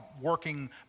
working